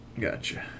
Gotcha